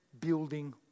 building